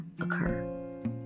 occur